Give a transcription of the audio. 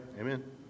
Amen